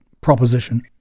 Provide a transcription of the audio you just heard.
proposition